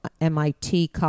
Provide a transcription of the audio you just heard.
mit